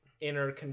inner